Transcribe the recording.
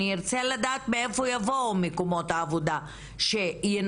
אני ארצה לדעת מאיפה יבואו מקומות העבודה שינתנו